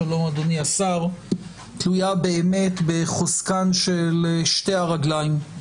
תלויה באמת בחוזקן של שתי הרגליים,